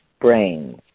brains